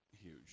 Huge